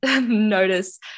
notice